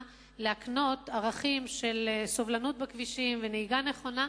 להקניית ערכים כגון סובלנות בכבישים ונהיגה נכונה.